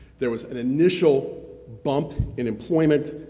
there was an initial bump in employment